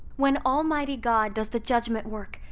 when almighty god does the judgment work,